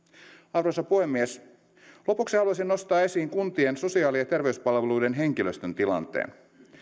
arvoisa puhemies lopuksi haluaisin nostaa esiin kuntien sosiaali ja terveyspalveluiden henkilöstön tilanteen